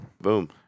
Boom